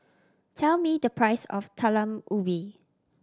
tell me the price of Talam Ubi